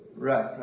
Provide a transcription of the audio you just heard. right?